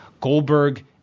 Goldberg